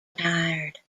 tired